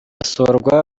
asohorwa